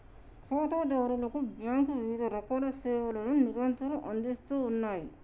ఖాతాదారులకు బ్యాంకులు వివిధరకాల సేవలను నిరంతరం అందిస్తూ ఉన్నాయి